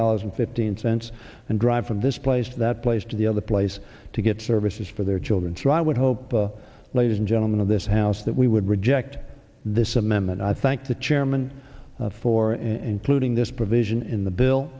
dollars and fifteen cents and drive from this place to that place to the other place to get services for their children so i would hope ladies and gentlemen of this house that we would reject this amendment i thank the chairman for and polluting this provision in the bill